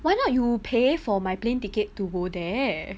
why not you pay for my plane ticket to go there